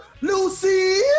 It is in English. Lucy